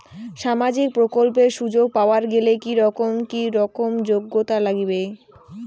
সামাজিক প্রকল্পের সুযোগ পাবার গেলে কি রকম কি রকম যোগ্যতা লাগিবে?